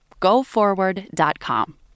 goforward.com